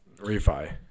refi